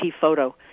Photo